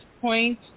point